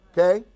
Okay